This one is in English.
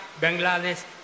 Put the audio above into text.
Bangladesh